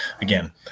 Again